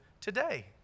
today